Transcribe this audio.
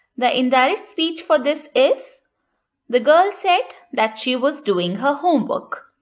the indirect speech for this is the girl said that she was doing her homework.